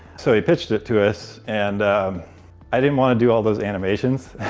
so he pitched it to us, and i didn't want to do all those animations.